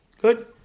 Good